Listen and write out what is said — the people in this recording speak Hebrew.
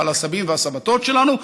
ועל הסבים והסבתות שלנו,